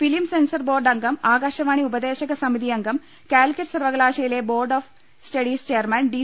film censor board അംഗം ആകാശവാണി ഉപദേശക സമിതി അംഗം കാലിക്കറ്റ് സർവ്വകലാശാല board of studies chairman D